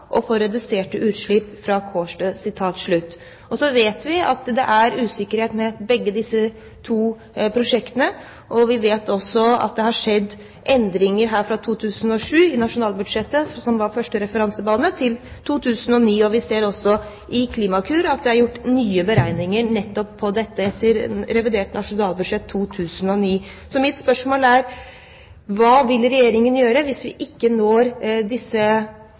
og for reduserte utslipp fra Kårstø.» Så vet vi at det er usikkerhet ved begge disse prosjektene. Vi vet også at det har skjedd endringer i nasjonalbudsjettet fra 2007, som var første referansebane, til 2009. Vi ser også i Klimakur at det er gjort nye beregninger nettopp på dette etter revidert nasjonalbudsjett for 2009. Så mitt spørsmål er: Hva vil Regjeringen gjøre hvis vi ikke når disse